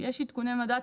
יש עדכוני מדד,